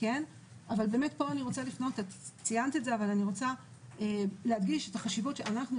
אבל אני רוצה להדגיש את החשיבות שאנחנו,